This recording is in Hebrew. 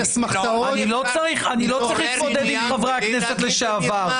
אני לא צריך להתמודד עם חברי הכנסת לשעבר.